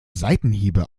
seitenhiebe